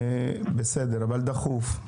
בסדר, אבל דחוף.